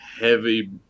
heavy